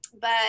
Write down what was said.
but-